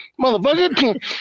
Motherfucker